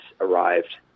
arrived